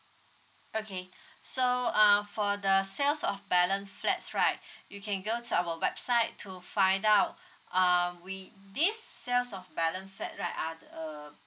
okay so uh for the sales of balance flats right you can go to our website to find out uh we this sales of balance flat right are the